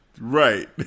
Right